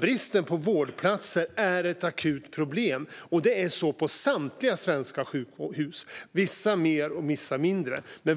Bristen på vårdplatser är ett akut problem. Det är så på samtliga svenska sjukhus, på vissa mer och på vissa mindre.